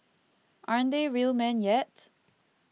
aren't they real men yet